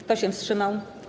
Kto się wstrzymał?